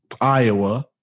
Iowa